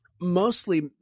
mostly